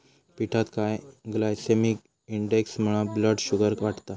पिठात high glycaemic इंडेक्समुळा blood sugar वाढता